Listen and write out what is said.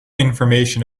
information